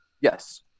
Yes